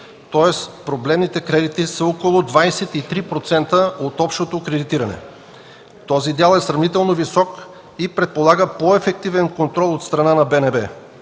тоест проблемните кредити са около 23% от общото кредитиране. Този дял е сравнително висок и предполага по ефективен контрол от страна на БНБ.